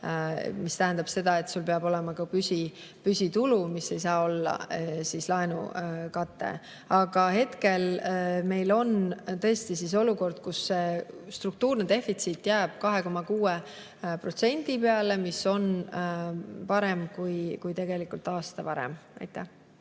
See tähendab seda, et siis sul peab olema ka püsitulu, mis ei saa olla laenu kate. Aga hetkel meil on tõesti olukord, kus struktuurne defitsiit jääb 2,6% peale, mis on parem kui tegelikult aasta varem. Peeter